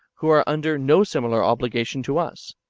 who are under no similar obligation to us?